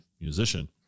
musician